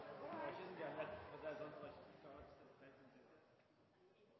er ikke et pengespørsmål; det er